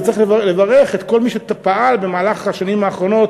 וצריך לברך את כל מי שפעל במהלך השנים האחרונות